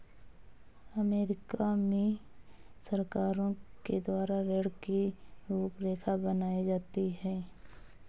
अमरीका में सरकारों के द्वारा ऋण की रूपरेखा बनाई जाती है